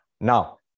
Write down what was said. Now